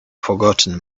forgotten